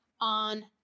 on